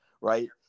Right